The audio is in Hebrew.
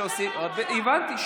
הבנתי.